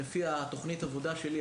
לפי תכנית העבודה שלי,